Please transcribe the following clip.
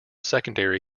secondary